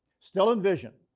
still in vision,